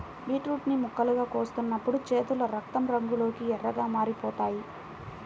beetroot ని ముక్కలుగా కోస్తున్నప్పుడు చేతులు రక్తం రంగులోకి ఎర్రగా మారిపోతాయి